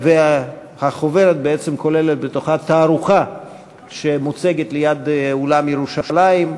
החוברת בעצם כוללת תערוכה שמוצגת ליד אולם "ירושלים",